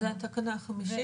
זו התקנה החמישית.